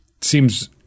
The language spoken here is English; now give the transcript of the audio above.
seems